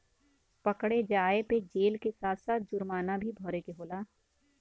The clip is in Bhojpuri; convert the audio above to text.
पकड़े जाये पे जेल के साथ साथ जुरमाना भी भरे के होला